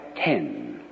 ten